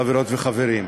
חברות וחברים,